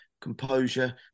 composure